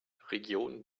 region